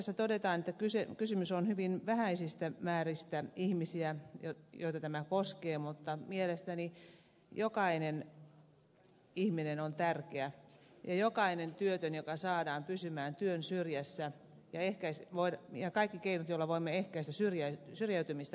aloitteessa todetaan että kysymys on hyvin vähäisistä määristä ihmisiä joita tämä koskee mutta mielestäni jokainen ihminen on tärkeä ja jokainen työtön joka saadaan pysymään työn syrjässä ja kaikki keinot joilla voimme ehkäistä syrjäytymistä ovat tärkeitä